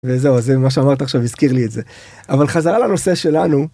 אה זהו זה מה שאמרת עכשיו הזכיר לי את זה. אבל חזרה לנושא שלנו...